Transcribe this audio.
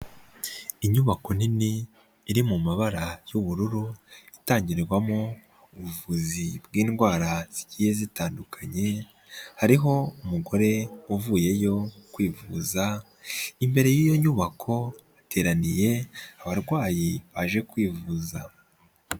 Inyubako nini iri mu mabara y'ubururu, itangirwamo ubuvuzi bw'indwara zigiye zitandukanye, hariho umugore uvuyeyo kwivuza, imbere y'iyo nyubako hateraniye abarwayi baje kwivuza.